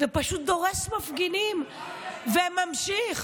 ופשוט דורס מפגינים וממשיך.